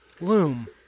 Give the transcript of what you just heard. Loom